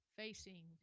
facing